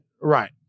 Right